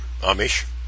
Amish